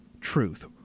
truth